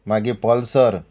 मागीर पल्सर